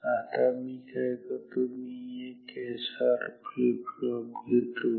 आता मी काय करतो मी एक एस आर फ्लिपफ्लॉप घेतो